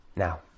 Now